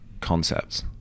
concepts